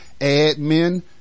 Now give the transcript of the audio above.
admin